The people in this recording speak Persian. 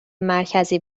مرکزی